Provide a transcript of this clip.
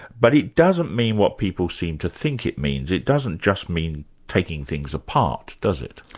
but it doesn't mean what people seem to think it means, it doesn't just mean taking things apart, does it?